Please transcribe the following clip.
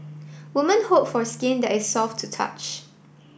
women hope for skin that is soft to touch